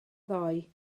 ddoe